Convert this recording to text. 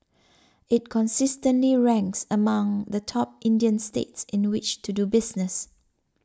it consistently ranks among the top Indian states in which to do business